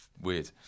weird